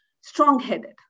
strong-headed